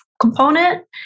component